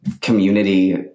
community